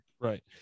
Right